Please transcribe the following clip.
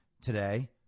today